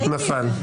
נפל.